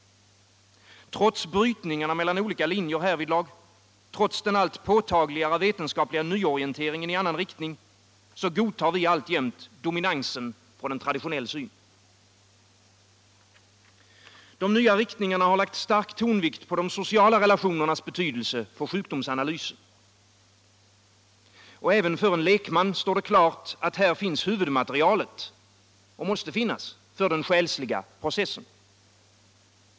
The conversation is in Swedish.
Trots brytningarna mellan olika linjer härvidlag, trots den allt påtagligare vetenskapliga nyorienteringen i annan riktning godtar vi alltjämt dominansen från en traditionell syn. De nya riktningarna har lagt stark tonvikt på de sociala relationernas - Nr 121 betydelse för sjukdomsanalysen. Även för en lekman står det klart att här måste huvudmaterialet finnas för den själsliga processen.